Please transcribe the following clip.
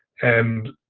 and